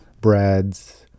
breads